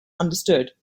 understood